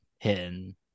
hidden